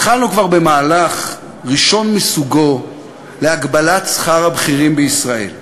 התחלנו כבר במהלך ראשון מסוגו להגבלת שכר הבכירים בישראל.